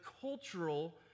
cultural